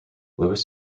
lewis